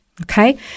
okay